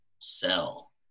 sell